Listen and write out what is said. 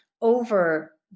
over